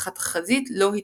אך התחזית לא התמששו.